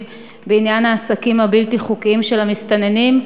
בעניין העסקים הבלתי-חוקיים של המסתננים.